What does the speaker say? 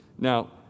Now